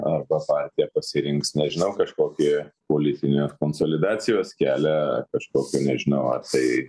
arba partija pasirinks nežinau kažkokį politinės konsolidacijos kelią kažkokį nežinau ar tai